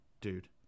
Dude